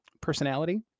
personality